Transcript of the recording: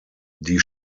die